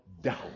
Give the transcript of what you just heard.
down